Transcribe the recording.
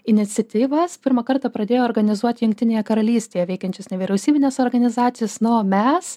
iniciatyvas pirmą kartą pradėjo organizuoti jungtinėje karalystėje veikiančios nevyriausybinės organizacijos nu o mes